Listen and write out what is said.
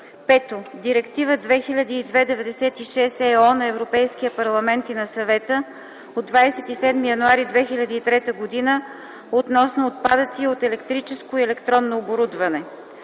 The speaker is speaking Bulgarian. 5. Директива 2002/96/ ЕО на Европейския парламент и на Съвета от 27 януари 2003 г. относно отпадъци от електрическо и електронно оборудване.